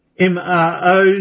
MRO